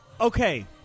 Okay